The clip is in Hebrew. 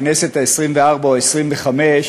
בכנסת העשרים-וארבע או העשרים-וחמש,